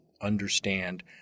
understand